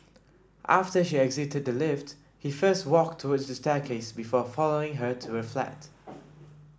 after she exited the lift he first walked towards the staircase before following her to her flat